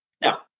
Now